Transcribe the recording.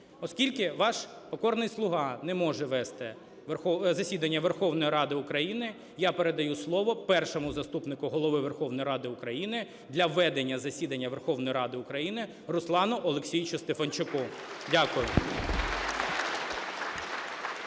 Оскільки ваш покорний слуга не може вести засідання Верховної Ради України, я передаю слово Першому заступнику Голови Верховної Ради України для ведення засідання Верховної Ради України Руслану Олексійовичу Стефанчуку. Дякую.